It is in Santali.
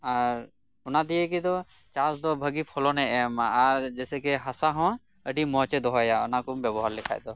ᱟᱨ ᱚᱱᱟ ᱫᱤᱭᱮᱜᱤᱫᱚ ᱪᱟᱥ ᱫᱚ ᱵᱷᱟᱜᱤ ᱯᱷᱚᱞᱚᱱᱮ ᱮᱢᱟ ᱟᱨ ᱡᱮᱥᱮᱠᱮ ᱦᱟᱥᱟ ᱦᱚᱸ ᱟᱹᱰᱤ ᱢᱚᱪᱮ ᱫᱚᱦᱚᱭᱟ ᱚᱱᱟᱠᱩᱢ ᱵᱮᱵᱚᱦᱟᱨ ᱞᱮᱠᱷᱟᱡ ᱫᱚ